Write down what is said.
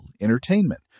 entertainment